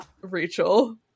Rachel